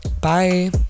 Bye